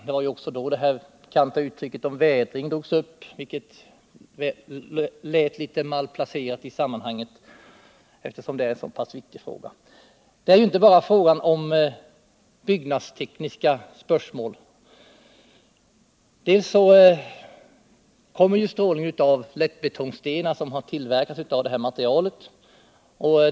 Det var också då det bekanta uttrycket om vädring drogs upp, vilket verkade litet malplacerat i sammanhanget, eftersom det är en så pass viktig fråga. Det här är inte bara ett byggnadstekniskt spörsmål. En del av strålningen kommer från lättbetongstenar, som tillverkats av det aktuella materialet.